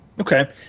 Okay